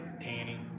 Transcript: tanning